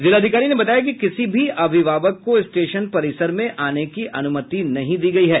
जिलाधिकारी ने बताया कि किसी भी अभिभावक को स्टेशन परिसर में आने की अनुमति नहीं दी गयी है